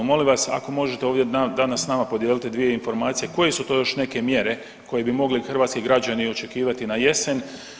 Molim vas ako možete ovdje danas s nama podijeliti dvije informacije, koje su to još neke mjere koje bi mogli hrvatski građani očekivati na jesen?